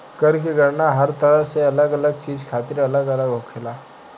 कर के गणना हर तरह के अलग अलग चीज खातिर अलग अलग होखेला